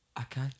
Okay